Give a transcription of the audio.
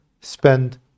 spend